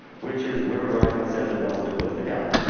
which is where revising says it wants to close the gap.